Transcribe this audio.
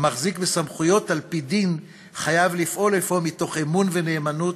המחזיק בסמכויות על-פי דין חייב לפעול אפוא מתוך אמון ונאמנות,